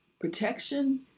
protection